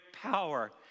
power